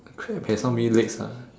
a crab has how many legs ah